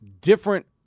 different